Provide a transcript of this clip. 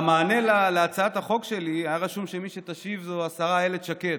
במענה להצעת החוק שלי היה רשום שמי שתשיב זו השרה אילת שקד.